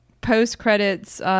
post-credits